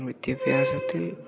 വിദ്യാഭ്യാസത്തിൽ